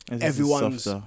everyone's